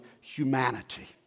humanity